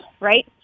right